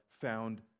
found